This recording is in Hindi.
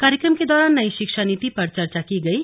कार्यक्रम के दौरान नयी शिक्षा नीति पर चर्चा की गयी